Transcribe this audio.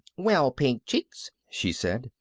well, pink cheeks, she said,